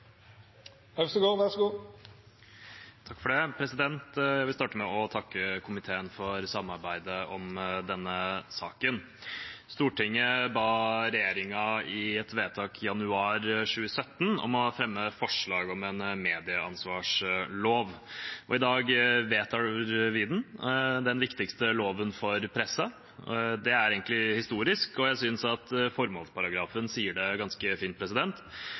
Jeg vil starte med å takke komiteen for samarbeidet om denne saken. Stortinget ba regjeringen i et vedtak i januar 2017 om å fremme forslag om en medieansvarslov, og i dag vedtar vi den, den viktigste loven for pressen. Det er egentlig historisk. Jeg synes at formålsparagrafen sier det ganske fint: